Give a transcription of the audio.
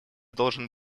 должен